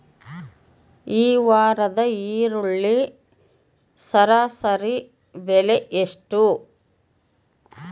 ಈ ವಾರದ ಈರುಳ್ಳಿ ಸರಾಸರಿ ಬೆಲೆ ಎಷ್ಟು?